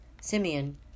Simeon